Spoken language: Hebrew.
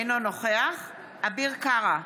אינו נוכח אביר קארה,